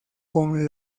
con